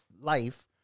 life